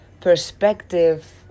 perspective